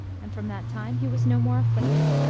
and from that time he was no more aflbiicted.